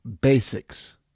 basics